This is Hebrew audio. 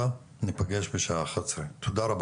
ניפגש בשעה 11:00, תודה רבה